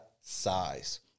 size